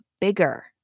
bigger